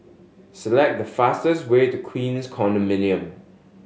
select the fastest way to Queens Condominium